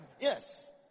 Yes